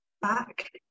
back